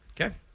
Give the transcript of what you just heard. Okay